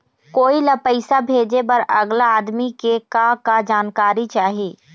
कोई ला पैसा भेजे बर अगला आदमी के का का जानकारी चाही?